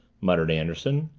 muttered anderson.